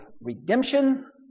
redemption